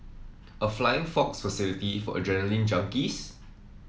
a flying fox facility for adrenaline junkies